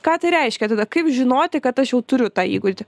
ką tai reiškia tada kaip žinoti kad aš jau turiu tą įgūdį